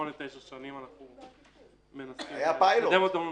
אני רוצה שוב לחזור על הסיפור הזה,